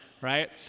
Right